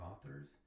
authors